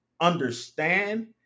understand